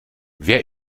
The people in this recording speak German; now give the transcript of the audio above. wer